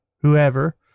whoever